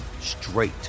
straight